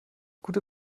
gute